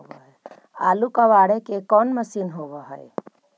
आलू कबाड़े के कोन मशिन होब है?